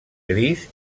gris